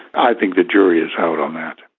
i think the jury is out on that.